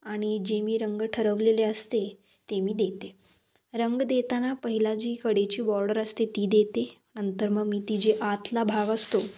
आणि जे मी रंग ठरवलेले असते ते मी देते रंग देताना पहिला जी कडेची बॉर्डर असते ती देते नंतर मग मी ती जे आतला भाग असतो